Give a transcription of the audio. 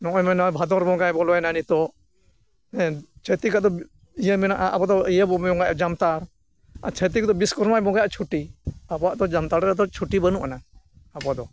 ᱱᱚᱜᱼᱚᱭ ᱱᱚᱣᱟᱢᱟ ᱵᱷᱟᱫᱚᱨ ᱵᱚᱸᱜᱟᱭ ᱵᱚᱞᱚᱭᱮᱱᱟ ᱱᱤᱛᱳᱜ ᱪᱷᱟᱹᱛᱤᱠᱟᱜ ᱫᱚ ᱤᱭᱟᱹ ᱢᱮᱱᱟᱜᱼᱟ ᱟᱵᱚ ᱫᱚ ᱤᱭᱟᱹ ᱵᱚᱱ ᱵᱚᱸᱜᱟᱭᱮᱜᱼᱟ ᱡᱟᱱᱛᱷᱟᱲ ᱟᱨ ᱪᱷᱟᱹᱴᱤᱠ ᱫᱚ ᱵᱤᱥᱥᱚᱠᱚᱨᱢᱟᱭ ᱵᱚᱸᱜᱟᱭᱮᱜᱼᱟ ᱪᱷᱩᱴᱤ ᱟᱵᱚᱣᱟᱜ ᱫᱚ ᱡᱟᱱᱛᱷᱟᱲ ᱨᱮᱫᱚ ᱪᱷᱩᱴᱤ ᱵᱟᱹᱱᱩᱜ ᱟᱱᱟᱝ